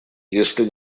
если